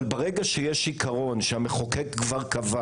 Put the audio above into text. אבל ברגע שיש עיקרון שהמחוקק כבר קבע